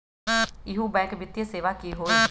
इहु बैंक वित्तीय सेवा की होई?